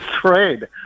trade